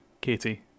katie